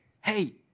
hey